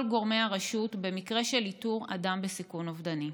גורמי הרשות במקרה של איתור אדם בסיכון אובדני.